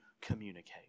communicate